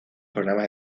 programas